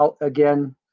again